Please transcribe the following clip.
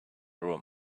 room